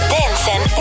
Dancing